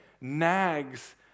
nags